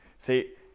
See